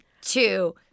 two